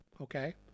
okay